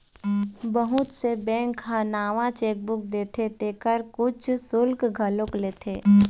बहुत से बेंक ह नवा चेकबूक देथे तेखर कुछ सुल्क घलोक लेथे